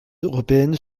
européennes